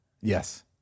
Yes